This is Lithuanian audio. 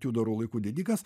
tiudorų laikų didikas